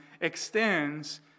extends